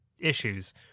issues